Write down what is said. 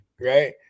right